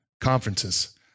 conferences